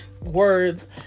words